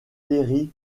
terry